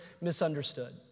misunderstood